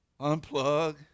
Unplug